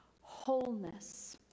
wholeness